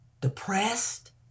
depressed